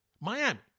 Miami